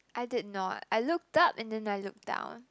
I did not I looked up and then I looked down